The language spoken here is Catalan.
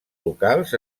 locals